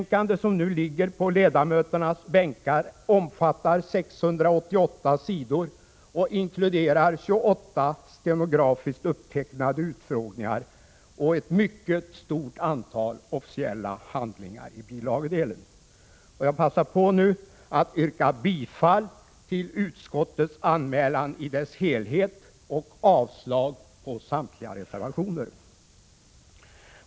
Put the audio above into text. Det betänkande som nu ligger på ledamöternas bänkar omfattar 688 sidor och inkluderar 28 stenografiskt upptecknade utfrågningar samt ett mycket stort antal officiella handlingar i bilagedelen. Jag yrkar bifall till utskottets anmälan i dess helhet och avslag på samtliga reservationer.